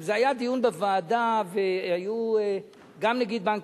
זה היה דיון בוועדה והיו גם נגיד בנק